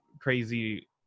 crazy